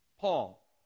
Paul